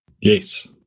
Yes